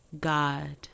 God